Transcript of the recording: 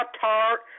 Tart